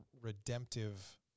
redemptive